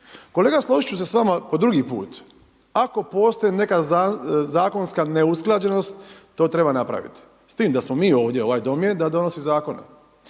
Kolega složiti ću se s vama po drugi put, ako postoji neka zakonska neusklađenost, to treba napraviti, s tim da smo mi ovdje, ovaj Dom je da donosi zakone.